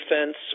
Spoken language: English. defense